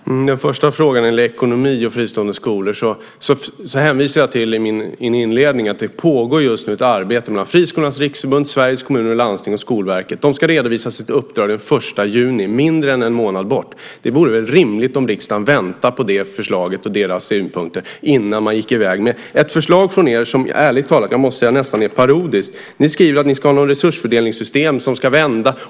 Fru talman! När det gäller den första frågan om ekonomi och fristående skolor hänvisar jag till min inledning. Det pågår just nu ett samarbete mellan Friskolornas Riksförbund, Sveriges Kommuner och Landsting och Skolverket. De ska redovisa sitt uppdrag den 1 juni. Det är om mindre än en månad. Det vore väl rimligt om riksdagen väntade på det förslaget och deras synpunkter innan man går i väg med ett förslag från er som ärligt talat nästan är parodiskt. Ni skriver att ni ska ha ett resursfördelningssystem som ska vända.